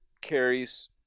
carries